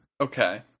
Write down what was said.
Okay